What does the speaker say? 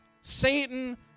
Satan